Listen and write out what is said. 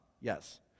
Yes